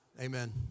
Amen